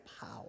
power